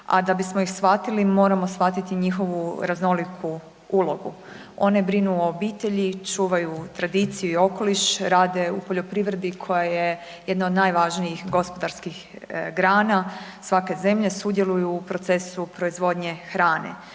a da bismo ih shvatili, moramo shvatiti i njihovu raznoliku ulogu. One brinu o obitelji, čuvaju tradiciju i okoliš, rade u poljoprivredi koja je jedna od najvažnijih gospodarskih grana, svake zemlje sudjeluju u procesu proizvodnje hrane.